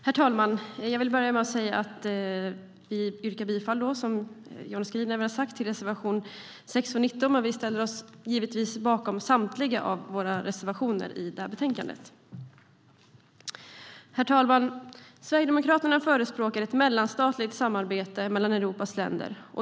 Herr talman! Jag vill börja med att säga att jag yrkar bifall till reservationerna 6 och 19, vilket även Johnny Skalin har gjort. Men vi ställer oss givetvis bakom samtliga våra reservationer i betänkandet. Herr talman! Sverigedemokraterna förespråkar ett mellanstatligt samarbete mellan Europas länder.